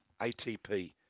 ATP